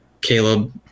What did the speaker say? Caleb